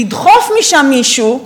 לדחוף משם מישהו,